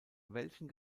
welchen